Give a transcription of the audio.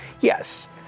yes